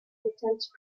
intense